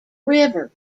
river